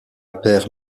paire